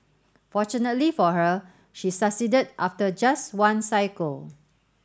fortunately for her she succeeded after just one cycle